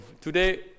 today